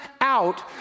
out